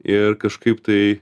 ir kažkaip tai